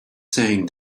saying